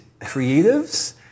creatives